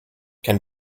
can